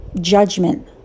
judgment